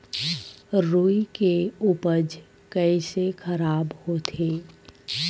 रुई के उपज कइसे खराब होथे?